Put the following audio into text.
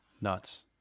Nuts